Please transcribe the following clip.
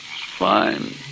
fine